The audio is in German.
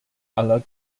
aller